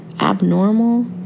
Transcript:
abnormal